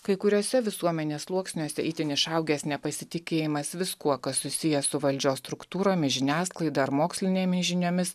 kai kuriuose visuomenės sluoksniuose itin išaugęs nepasitikėjimas viskuo kas susiję su valdžios struktūromis žiniasklaida ar mokslinėmis žiniomis